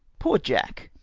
poor jack!